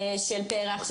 של פר"ח,